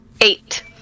Eight